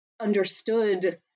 Understood